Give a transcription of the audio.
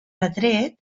retret